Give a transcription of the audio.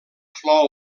flor